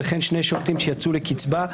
וכן שני שופטים שיצאו לקצבה,